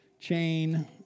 chain